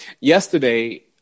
yesterday